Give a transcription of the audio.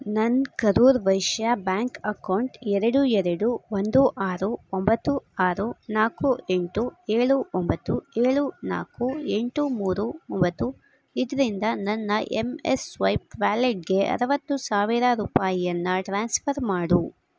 ನನ್ನ Karur Vysya bank account ಎರಡು ಎರಡು ಒಂದು ಆರು ಒಂಬತ್ತು ಆರು ನಾಲ್ಕು ಎಂಟು ಏಳು ಒಂಬತ್ತು ಏಳು ನಾಲ್ಕು ಎಂಟು ಮೂರು ಒಂಬತ್ತು ಇದರಿಂದ ನನ್ನ ಎಂ ಎಸ್ ಸ್ವೈಪ್ ವ್ಯಾಲೆಟ್ಗೆ ಅರುವತ್ತು ಸಾವಿರ ರೂಪಾಯಿಯನ್ನು ಟ್ರಾನ್ಸ್ಫರ್ ಮಾಡು